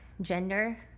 gender